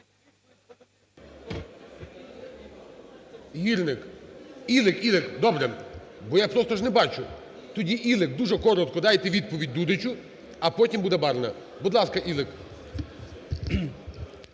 Ілик, Ілик. Добре. Бо я ж просто не бачу. Тоді Ілик, дуже коротко дайте відповідь Дідичу, а потім буде Барна. Будь ласка, Ілик.